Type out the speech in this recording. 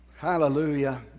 Hallelujah